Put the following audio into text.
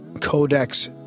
Codex